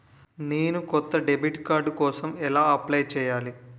నేను కొత్త debit card కోసం ఎలా అప్లయ్ చేయాలి?